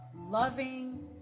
loving